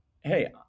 hey